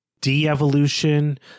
de-evolution